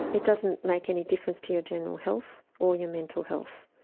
it doesn't make any difference to your general health or your mental health.